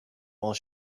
while